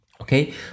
okay